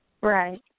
Right